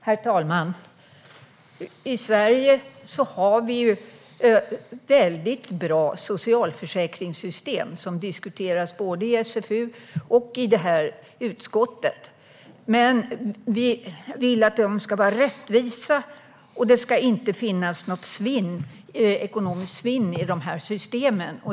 Herr talman! I Sverige har vi väldigt bra socialförsäkringssystem, som diskuteras både i SfU och i detta utskott. Vi vill att de ska vara rättvisa, och det ska inte finnas något ekonomiskt svinn i dessa system.